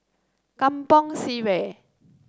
Kampong Sireh